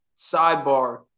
sidebar